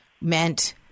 meant